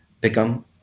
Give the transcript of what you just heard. become